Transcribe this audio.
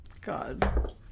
God